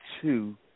two